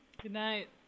goodnight